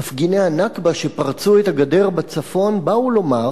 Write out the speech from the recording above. מפגיני הנכבה שפרצו את הגדר בצפון באו לומר: